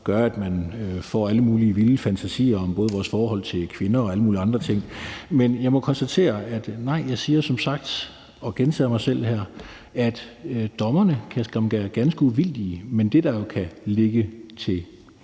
gør, at man får alle mulige vilde fantasier om vores forhold til kvinder og alle mulige andre ting. Men nej, jeg gentager, hvad jeg har sagt, nemlig at dommerne skam kan være ganske uvildige, men det, der kan være en